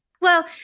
Well-